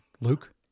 Luke